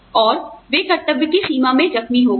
और वे कर्तव्य की सीमा में जख्मी हो गए